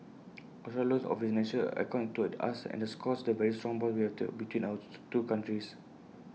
Australia's loan of its national icon to us underscores the very strong bonds we have to between our two countries